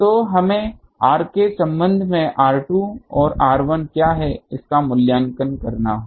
तो हमें r के संबंध में r2 और r1 क्या है इसका मूल्यांकन करना होगा